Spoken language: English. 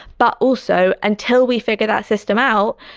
but also until we figure that system out,